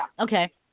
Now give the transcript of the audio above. Okay